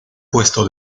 puesto